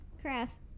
crafts